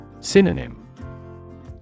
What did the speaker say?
Synonym